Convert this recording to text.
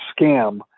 scam